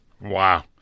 Wow